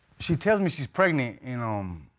she tells me she's pregnant. and, um.